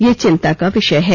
यह चिंता का विषय है